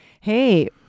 Hey